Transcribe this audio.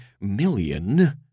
million